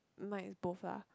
mine is both lah